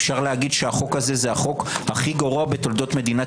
אפשר לומר שזה החוק הגרו בתולדות מדינת